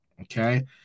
Okay